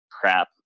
crap